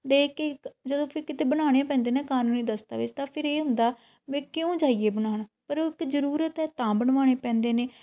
ਦੇਖ ਕੇ ਇੱਕ ਜਦੋਂ ਫਿਰ ਕਿਤੇ ਬਣਾਉਣੇ ਪੈਂਦੇ ਨੇ ਕਾਨੂੰਨੀ ਦਸਤਾਵੇਜ਼ ਤਾਂ ਫਿਰ ਇਹ ਹੁੰਦਾ ਵੀ ਕਿਉਂ ਜਾਈਏ ਬਣਾਉਣਾ ਪਰ ਇੱਕ ਜ਼ਰੂਰਤ ਹੈ ਤਾਂ ਬਣਵਾਉਣੇ ਪੈਂਦੇ ਨੇ